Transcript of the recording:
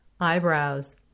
Eyebrows